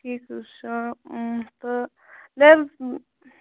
ٹھیٖک حظ چھُ تہٕ